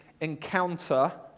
encounter